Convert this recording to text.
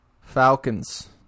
Falcons